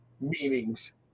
meanings